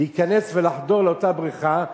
להיכנס ולחדור לאותה בריכה.